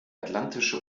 atlantische